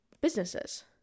businesses